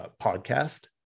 podcast